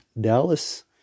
Dallas